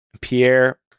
Pierre